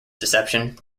deception